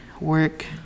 work